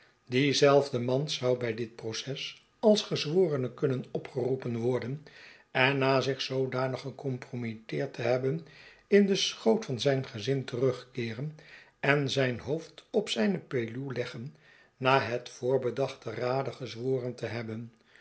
die zelfde man zou bij dit proces als gezworene kunnen opgeroepen worden en na zich zoodanig gecompromitteerd te hebben in den schoot van zijn gezin terugkeeren en zijn hoofd op zijne peluw leggen na met voorbedachten rade gezworen te hebben